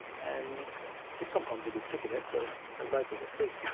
and sometimes they get sick of that so they vote with their feet.